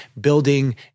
building